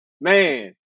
man